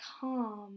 calm